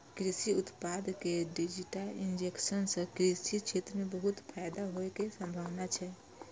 कृषि उत्पाद के डिजिटाइजेशन सं कृषि क्षेत्र कें बहुत फायदा होइ के संभावना छै